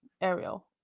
Ariel